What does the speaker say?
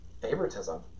favoritism